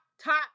top